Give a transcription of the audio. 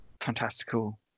fantastical